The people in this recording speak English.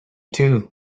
too